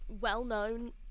well-known